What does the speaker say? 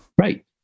Right